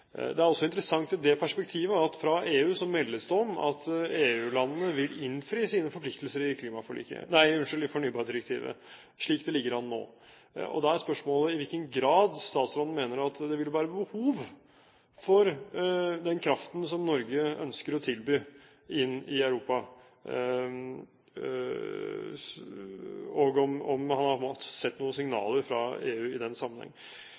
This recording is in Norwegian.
Det er også interessant i det perspektivet at det fra EU meldes om at EU-landene vil innfri sine forpliktelser i fornybardirektivet, slik det ligger an nå. Da er spørsmålet i hvilken grad statsråden mener det vil være behov for den kraften som Norge ønsker å tilby inn i Europa, og om man har sett noen signaler fra EU i den sammenheng.